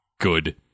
good